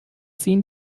ziehen